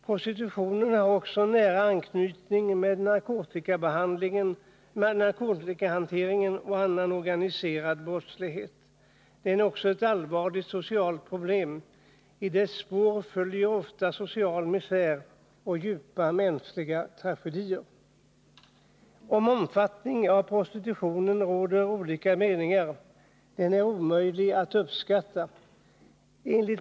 Prostitutionen har också nära anknytning till narkotikahantering och annan organiserad brottslighet. Likaså är den ett allvarligt socialt problem. I dess spår följer ofta social misär och djupa mänskliga tragedier. Om omfattningen av prostitutionen råder olika meningar. Den är omöjlig att uppskatta.